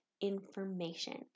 information